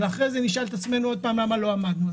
ואחרי זה נשאל את עצמנו עוד פעם למה לא עמדנו ביעדים.